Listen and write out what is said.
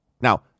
Now